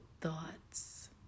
thoughts